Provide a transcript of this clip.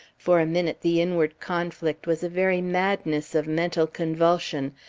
for a minute the inward conflict was a very madness of mental convulsion,